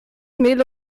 mehl